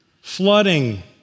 flooding